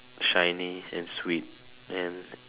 shiny and sweet and